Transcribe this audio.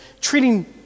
treating